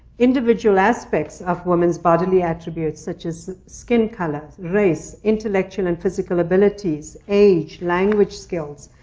individual aspects of women's bodily attributes such as skin color, race, intellectual and physical abilities, age, language skills,